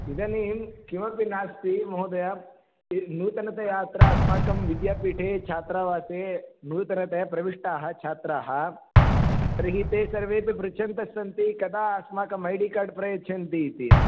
इदानीं किमपि नास्ति महोदय यद् नूतनतया अत्र अस्माकं विद्यापीठे छात्रावासे नूतनतया प्रविष्टाः छात्राः तर्हि ते सर्वेऽपि पृच्छन्तस्सन्ति कदा अस्माकम् ऐडि कार्ड् प्रयच्छन्ति इति